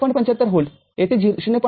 ७५ व्होल्टयेथे ०